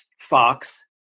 Fox